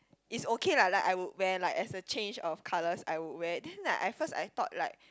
it's okay lah like I would where like as a change of colours I would wear it then like I first I thought like